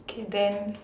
okay then